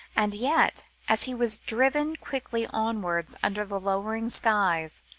and yet, as he was driven quickly onwards under the lowering skies,